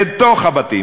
בתוך הבתים,